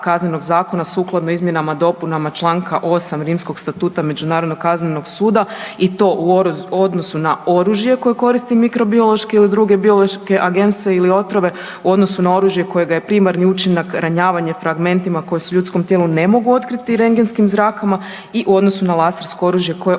Kaznenog zakona sukladno izmjenama i dopunama članka 8. Rimskog statuta Međunarodnog kaznenog suda i to u odnosu na oružje koje koriste mikro biološke agense ili otrove u odnosu na oružje kojega je primarni učinak ranjavanje fragmentima koji se u ljudskom tijelu ne mogu otkriti rendgenskim zrakama i u odnosu na lasersko oružje koje